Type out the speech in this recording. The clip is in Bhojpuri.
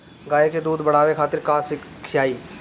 गाय के दूध बढ़ावे खातिर का खियायिं?